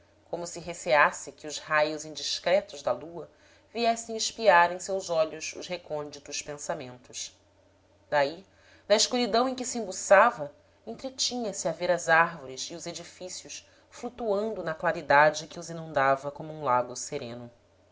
como se receasse que os raios indiscretos da lua viessem espiar em seus olhos os recônditos pensamentos daí da escuridão em que se embuçava entretinha-se a ver as árvores e os edifícios flutuando na claridade que os inundava como um lago sereno